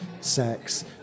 sex